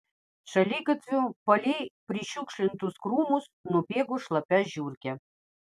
šaligatviu palei prišiukšlintus krūmus nubėgo šlapia žiurkė